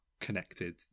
connected